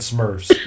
Smurfs